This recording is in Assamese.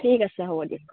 ঠিক আছে হ'ব দিয়ক